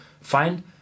find